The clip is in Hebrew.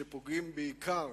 שפוגעים בעיקר